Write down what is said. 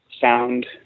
Sound